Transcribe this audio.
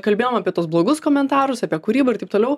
kalbėjom apie tuos blogus komentarus apie kūrybą ir taip toliau